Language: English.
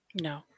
No